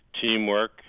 teamwork